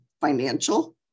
financial